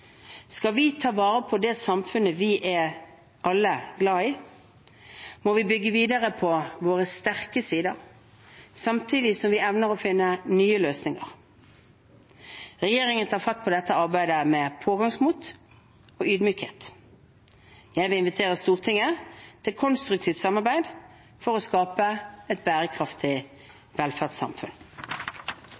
Skal vi ta vare på det samfunnet vi alle er glad i, må vi bygge videre på våre sterke sider, samtidig som vi evner å finne nye løsninger. Regjeringen tar fatt på dette arbeidet med pågangsmot og ydmykhet. Jeg vil invitere Stortinget til konstruktivt samarbeid for å skape et bærekraftig velferdssamfunn.